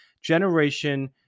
generation